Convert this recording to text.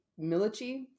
Milici